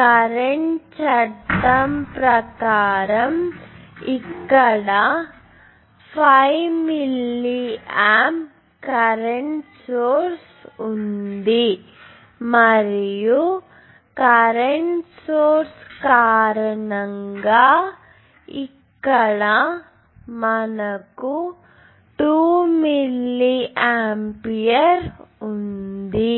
current చట్టం ప్రకారం ఇక్కడ 5 మిల్లియాంప్ కరెంట్ సోర్స్ ఉంది మరియు కరెంట్ సోర్స్ కారణంగా ఇక్కడ మనకు 2 మిల్లీ ఆంపియర్ ఉంది